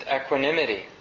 equanimity